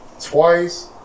twice